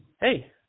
Hey